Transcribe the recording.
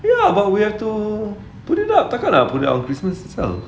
ya but we have to put it up tak kan nak put it up on christmas itself